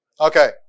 Okay